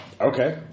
Okay